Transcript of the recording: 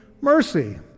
mercy